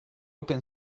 open